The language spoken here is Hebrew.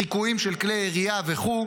חיקויים של כלי ירייה וכו',